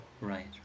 right